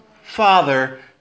Father